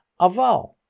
Aval